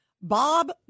Bob